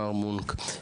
מר מונק,